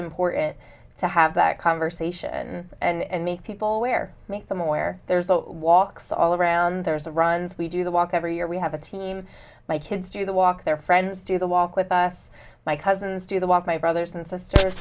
important to have that conversation and make people aware make them aware there's all walks all around there's a runs we do the walk every year we have a team my kids do the walk their friends do the walk with us my cousins do the walk my brothers and sisters